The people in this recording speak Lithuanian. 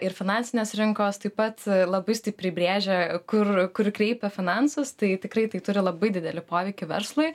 ir finansinės rinkos taip pat labai stipriai brėžia kur kur kreipia finansus tai tikrai tai turi labai didelį poveikį verslui